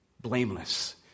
blameless